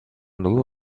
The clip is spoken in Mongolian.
нөгөө